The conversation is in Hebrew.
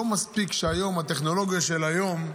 לא מספיק שהטכנולוגיה של היום,